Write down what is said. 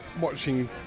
watching